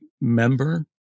member